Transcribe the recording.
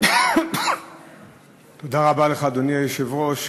אדוני היושב-ראש,